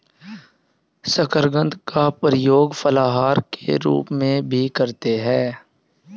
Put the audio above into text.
शकरकंद का प्रयोग फलाहार के रूप में भी करते हैं